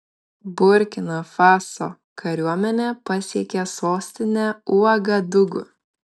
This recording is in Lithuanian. burkina faso kariuomenė pasiekė sostinę uagadugu